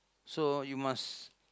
so you must